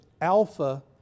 alpha